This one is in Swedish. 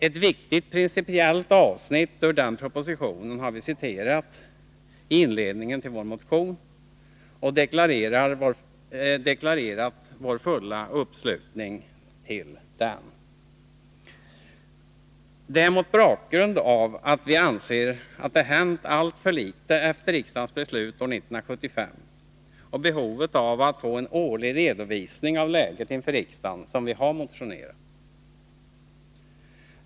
Ett viktigt principiellt avsnitt ur den propositionen har vi citerat i inledningen till vår motion och deklarerat vår fulla uppslutning till den. Det är mot bakgrund av att vi anser att det hänt alltför litet efter riksdagens beslut år 1975 och behovet av att få en årlig redovisning av läget inför riksdagen som vi har motionerat.